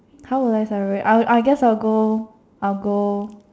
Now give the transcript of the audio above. how will I celebrate I I guess I'll go I'll go